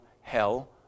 hell